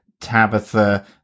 Tabitha